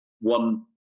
one